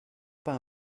pas